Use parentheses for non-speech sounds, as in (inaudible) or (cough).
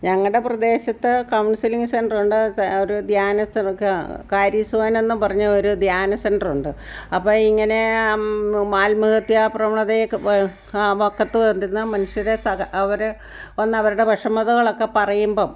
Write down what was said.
ഞങ്ങളുടെ പ്രദേശത്ത് കൗൺസിലിംഗ് സെൻറ്ററുണ്ട് സെ ഒരു ധ്യാന (unintelligible) കാര്യസൊവാൻ എന്ന് പറഞ്ഞ ഒരു ധ്യാന സെൻറ്ററുണ്ട് അപ്പോൾ ഇങ്ങനെ ആത്മഹത്യാ പ്രവണതയൊക്കെ വ ആ വക്കത്ത് വരുന്ന മനുഷ്യരുടെ സക അവർ ഒന്ന് അവരുടെ വിഷമതകളൊക്കെ പറയുമ്പം